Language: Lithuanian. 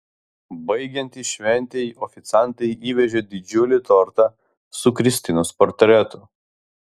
baigiantis šventei oficiantai įvežė didžiulį tortą su kristinos portretu